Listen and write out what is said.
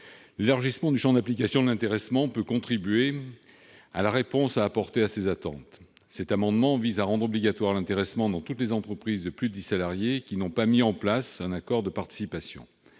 L'élargissement du champ d'application de l'intéressement peut contribuer à répondre à ces attentes. Cet amendement vise à rendre obligatoire l'intéressement dans toutes les entreprises de plus de 10 salariés qui n'ont pas mis en place un accord de participation.